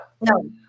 no